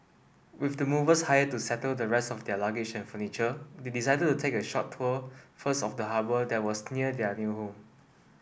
with the movers hired to settle the rest of their luggage and furniture they decided to take a short tour first of the harbour that was near their new home